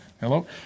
Hello